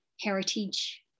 heritage